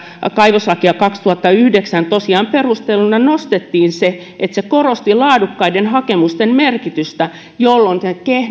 kaivoslakia vuonna kaksituhattayhdeksän säädettiin tosiaan perusteluna nostettiin se että korostettiin laadukkaiden hakemusten merkitystä jolloin